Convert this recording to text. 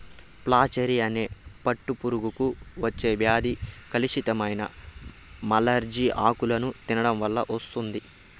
flacherie అనే పట్టు పురుగులకు వచ్చే వ్యాధి కలుషితమైన మల్బరీ ఆకులను తినడం వల్ల వస్తుంది